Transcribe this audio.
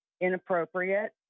inappropriate